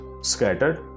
scattered